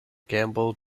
gamble